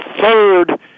third –